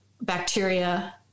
bacteria